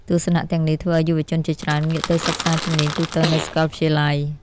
ទស្សនៈទាំងនេះធ្វើឱ្យយុវជនជាច្រើនងាកទៅសិក្សាជំនាញទូទៅនៅសាកលវិទ្យាល័យ។